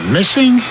Missing